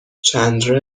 چندلر